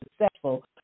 successful